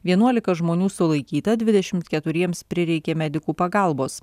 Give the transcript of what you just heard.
vienuolika žmonių sulaikyta dvidešimt keturiems prireikė medikų pagalbos